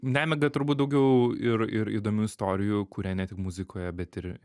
nemiga turbūt daugiau ir ir įdomių istorijų kuria ne tik muzikoje bet ir